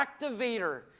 activator